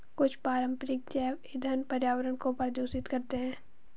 कुछ पारंपरिक जैव ईंधन पर्यावरण को प्रदूषित करते हैं